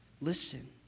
listen